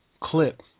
clip